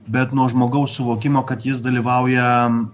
bet nuo žmogaus suvokimo kad jis dalyvauja